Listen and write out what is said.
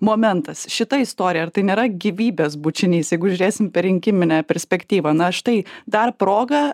momentas šita istorija ar tai nėra gyvybės bučinys jeigu žiūrėsim per rinkiminę perspektyvą na štai dar proga